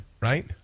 right